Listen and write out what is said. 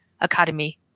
academy